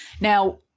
Now